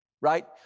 right